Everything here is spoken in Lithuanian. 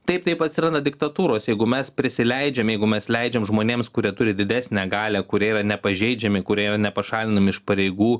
taip taip atsiranda diktatūros jeigu mes prisileidžiame jeigu mes leidžiam žmonėms kurie turi didesnę galią kurie yra nepažeidžiami kurie yra nepašalinami iš pareigų